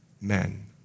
men